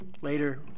Later